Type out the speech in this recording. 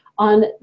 on